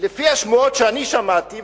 לפי השמועות שאני שמעתי,